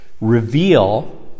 reveal